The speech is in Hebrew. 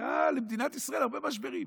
היו למדינת ישראל הרבה משברים.